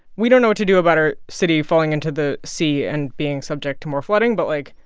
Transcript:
we don't know what to do about our city falling into the sea and being subject to more flooding, but, like,